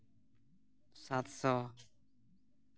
ᱥᱟᱛ ᱥᱚ